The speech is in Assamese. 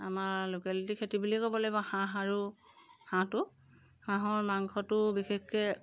আমাৰ লোকেলিটি খেতি বুলিয়ে ক'ব লাগিব হাঁহ আৰু হাঁহটো হাঁহৰ মাংসটো বিশেষকৈ